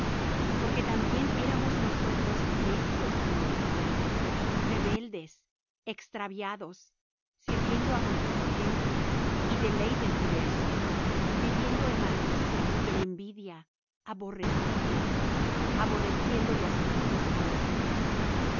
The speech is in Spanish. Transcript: porque también éramos nosotros necios en otro tiempo rebeldes extraviados sirviendo á concupiscencias y deleites diversos viviendo en malicia y en envidia aborrecibles aborreciendo los unos á los otros